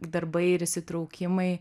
darbai ir įsitraukimai